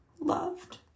loved